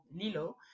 Lilo